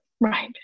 Right